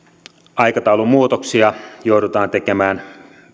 aikataulumuutoksia joudutaan tekemään